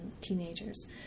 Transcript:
teenagers